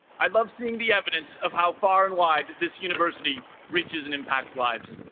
i love seeing the evidence of how far and wide this university reaches and impacts lives